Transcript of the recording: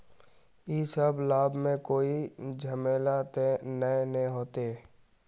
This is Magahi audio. इ सब लाभ में कोई झमेला ते नय ने होते?